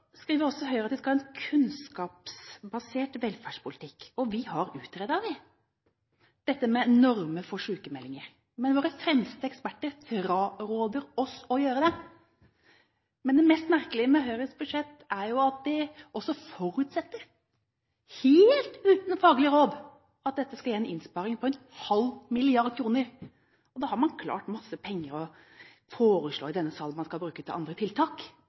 skriver også Høyre at de skal ha en «kunnskapsbasert velferdspolitikk». Vi har utredet dette med normer for sykmeldinger, men våre fremste eksperter fraråder oss å gjøre det. Det merkeligste med Høyres budsjett er at de også forutsetter, helt uten faglig råd, at dette skal gi en innsparing på 0,5 mrd. kr. Da har man klart masse penger man kan foreslå i denne sal skal brukes til andre tiltak.